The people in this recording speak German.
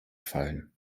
fallen